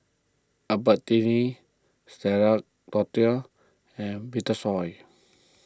Albertini Stella and Vitasoy